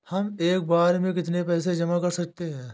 हम एक बार में कितनी पैसे जमा कर सकते हैं?